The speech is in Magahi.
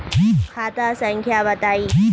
खाता संख्या बताई?